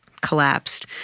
collapsed